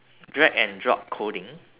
drag and drop coding